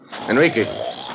Enrique